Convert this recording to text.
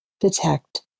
detect